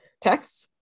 texts